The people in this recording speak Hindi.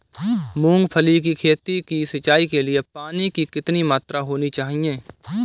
मूंगफली की खेती की सिंचाई के लिए पानी की कितनी मात्रा होनी चाहिए?